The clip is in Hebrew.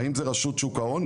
האם זה רשות שוק ההון?